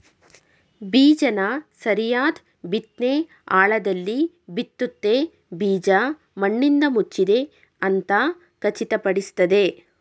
ಬೀಜನ ಸರಿಯಾದ್ ಬಿತ್ನೆ ಆಳದಲ್ಲಿ ಬಿತ್ತುತ್ತೆ ಬೀಜ ಮಣ್ಣಿಂದಮುಚ್ಚಿದೆ ಅಂತ ಖಚಿತಪಡಿಸ್ತದೆ